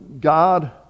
God